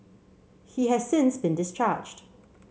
he has since been discharged